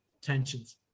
tensions